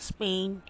Spain